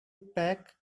pack